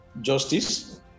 justice